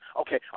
okay